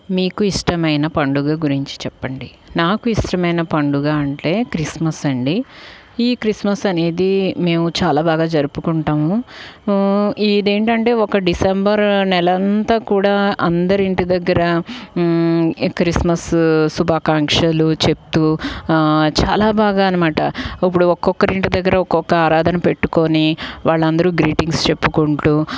మీకు ఇష్టమైన పండుగ గురించి చెప్పండి నాకు ఇష్టమైన పండుగ అంటే క్రిస్మస్ అండి ఈ క్రిస్మస్ అనేది మేము చాలా బాగా జరుపుకుంటాము ఇదేంటంటే ఒక డిసంబర్ నెల అంతా కూడా అందరి ఇంటిదగ్గర క్రిస్మస్ శుభాకాంక్షలు చెప్తూ చాలా బాగా అనమాట ఇప్పుడు ఒక్కొక్క ఇంటి దగ్గర ఒక్కొక్క ఆరాధన పెట్టుకొని వాళ్ళందరూ గ్రీటింగ్స్ చెప్పుకుంటూ